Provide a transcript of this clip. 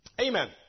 Amen